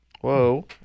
Whoa